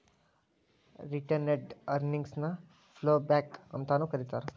retained earnings ನ ploughback ಅಂತಾನೂ ಕರೇತಾರ